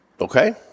Okay